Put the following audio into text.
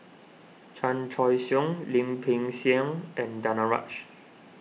Chan Choy Siong Lim Peng Siang and Danaraj